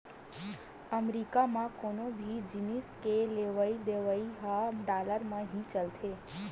अमरीका म कोनो भी जिनिस के लेवइ देवइ ह डॉलर म ही चलथे